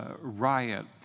riot